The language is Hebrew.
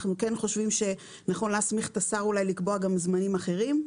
אנחנו כן חושבים שנכון להסמיך את השר לקבוע גם זמנים אחרים,